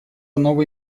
новый